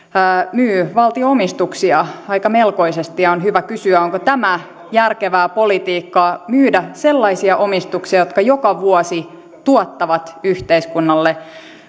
myy valtionomistuksia aika melkoisesti ja on hyvä kysyä onko tämä järkevää politiikkaa eli myydä sellaisia omistuksia jotka joka vuosi tuottavat yhteiskunnalle